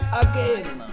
again